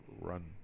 run